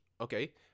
Okay